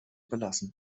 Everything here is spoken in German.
belassen